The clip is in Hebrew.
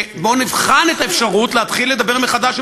בואו נבחן את האפשרות להתחיל לדבר מחדש עם